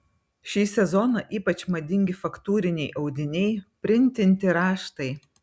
šį sezoną ypač madingi faktūriniai audiniai printinti raštai